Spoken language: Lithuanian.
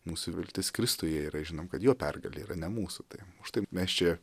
mūsų viltis kristuje yra žinom kad jo pergalė yra ne mūsų tai užtai mes čia